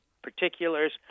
particulars